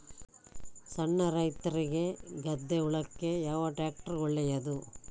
ಸಣ್ಣ ರೈತ್ರಿಗೆ ಗದ್ದೆ ಉಳ್ಳಿಕೆ ಯಾವ ಟ್ರ್ಯಾಕ್ಟರ್ ಒಳ್ಳೆದು?